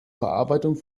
verarbeitung